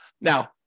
Now